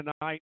tonight